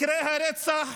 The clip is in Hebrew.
מקרי הרצח